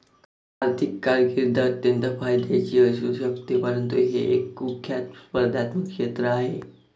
आर्थिक कारकीर्द अत्यंत फायद्याची असू शकते परंतु हे एक कुख्यात स्पर्धात्मक क्षेत्र आहे